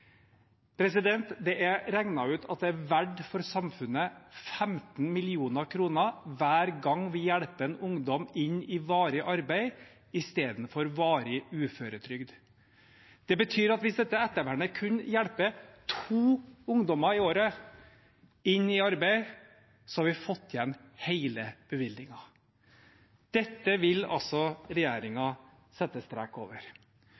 Det er regnet ut at det for samfunnet er verdt 15 mill. kr hver gang vi hjelper en ungdom inn i varig arbeid i stedet for varig uføretrygd. Det betyr at hvis dette ettervernet kun hjelper to ungdommer i året inn i arbeid, har vi fått igjen hele bevilgningen. Dette vil altså regjeringen sette strek over.